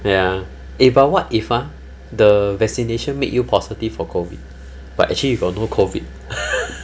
ya eh but what if ah the vaccination make you positive for COVID but actually you got no COVID